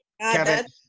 Kevin